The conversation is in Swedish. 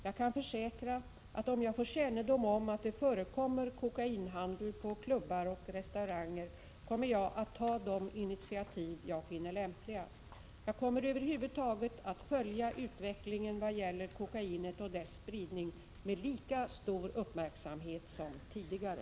Jag kan försäkra att om jag får kännedom om att det förekommer kokainhandel på klubbar och restauranger, kommer jag att ta de initiativ jag finner lämpliga. Jag kommer över huvud taget att följa utvecklingen vad gäller kokainet och dess spridning med lika stor uppmärksamhet som tidigare.